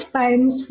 times